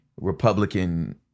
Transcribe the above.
Republican